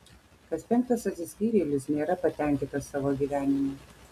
kas penktas atsiskyrėlis nėra patenkintas savo gyvenimu